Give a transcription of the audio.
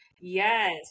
Yes